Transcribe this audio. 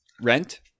rent